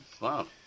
Wow